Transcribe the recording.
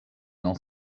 n’en